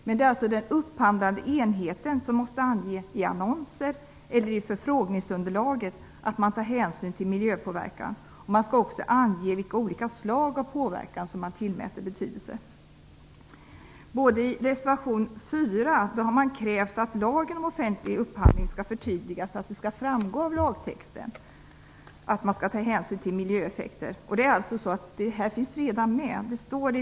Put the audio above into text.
Men det är den upphandlande enheten som måste ange i annonser eller i förfrågningsunderlaget att man tar hänsyn till miljöpåverkan. Man skall också ange vilka olika slag av påverkan som man tillmäter betydelse. I reservation 4 har man krävt att lagen om offentlig upphandling skall förtydligas så, att det av lagtexten skall framgå att man tydligare skall ta hänsyn till miljöeffekter. Detta finns alltså redan med i lagen.